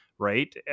right